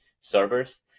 servers